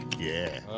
yeah.